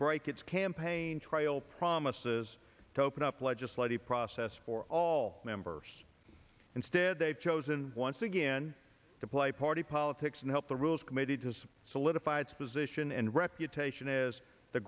break its campaign trail promises to open up legislative process for all members instead they've chosen once again to play party politics and help the rules committee to solidify its position and reputation is the